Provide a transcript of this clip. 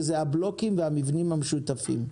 שהם הבלוקים והמבנים המשותפים.